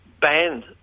banned